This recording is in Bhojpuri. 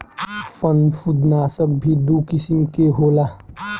फंफूदनाशक भी दू किसिम के होला